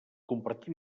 compartir